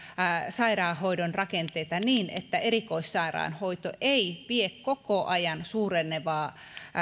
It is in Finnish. sairaanhoidon rakenteita niin että erikoissairaanhoito ei vie koko ajan suurenevaa